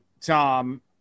Tom